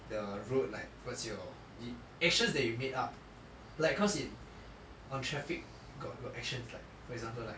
the road like what's your actions that you made up like cause in on traffic got got actions like for example like